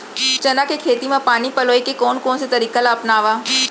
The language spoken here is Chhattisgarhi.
चना के खेती म पानी पलोय के कोन से तरीका ला अपनावव?